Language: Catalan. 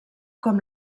com